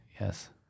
Yes